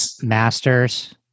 Masters